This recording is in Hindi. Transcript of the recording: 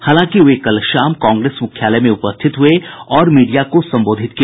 हालांकि वे कल शाम कांग्रेस मुख्यालय में उपस्थित हुए और मीडिया को संबोधित किया